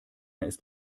ist